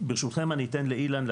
ברשותכם אני אתן לאילן,